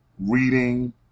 reading